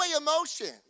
emotions